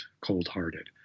cold-hearted